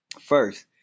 first